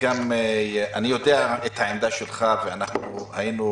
העמדה שלך,